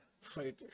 Fight